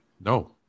No